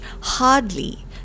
hardly